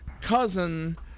cousin